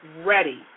ready